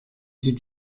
sie